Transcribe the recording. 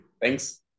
thanks